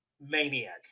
maniac